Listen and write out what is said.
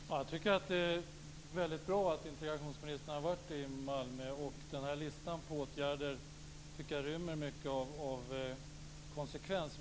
Fru talman! Jag tycker att det är väldigt bra att integrationsministern har varit i Malmö. Listan på åtgärder tycker jag rymmer mycket av konsekvens.